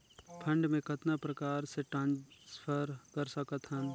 Fund मे कतना प्रकार से ट्रांसफर कर सकत हन?